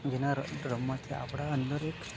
જેના રમતથી આપણા અંદર એક